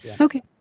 okay